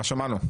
מה שמענו?